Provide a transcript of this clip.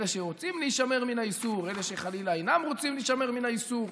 אלה שרוצים להישמר מן האיסור ואלה שחלילה אינם רוצים להישמר מן האיסור.